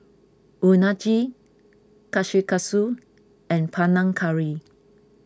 Unagi Kushikatsu and Panang Curry